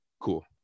cool